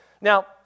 Now